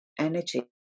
energy